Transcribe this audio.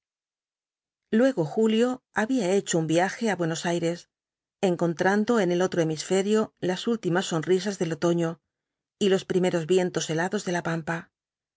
luego julio había hecho un viaje á buenos aires encontrando en el otro hemisferio las últimas sonrisas del otoño y los primeros vientos helados de la pampa